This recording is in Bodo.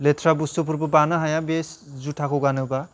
लेथ्रा बुस्थुफोरखौ बानो हाया बे जुथाखौ गानोबा